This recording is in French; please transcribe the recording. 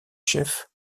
chef